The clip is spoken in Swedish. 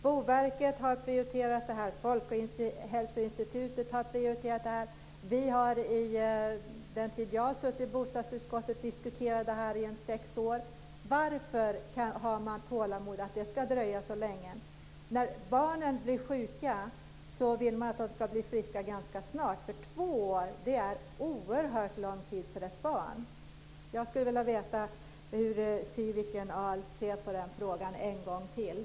Boverket och Folkhälsoinstitutet har prioriterat detta. Under den tid som jag suttit med i bostadsutskottet har frågan diskuterats - ungefär sex år. Varför har man ett sådant tålamod med att det dröjer så länge? När barn blir sjuka vill man att de ganska snart ska bli friska - två år är en oerhört lång tid för ett barn. Jag skulle vilja höra en gång till hur Siw Wittgren-Ahl ser på den saken.